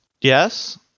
Yes